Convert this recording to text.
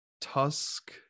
Tusk